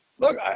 Look